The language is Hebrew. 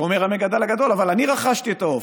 ואומר המגדל הגדול: אבל אני רכשתי את העוף,